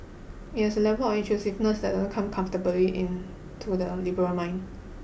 it has a level of intrusiveness that doesn't come comfortably in to the liberal mind